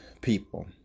people